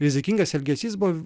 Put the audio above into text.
rizikingas elgesys buvo